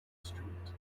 street